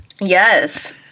Yes